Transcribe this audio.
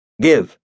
Give